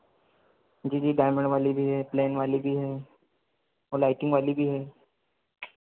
जी जी डायमण्ड वाली भी है प्लेन वाली भी है और लाइटिंग वाली भी है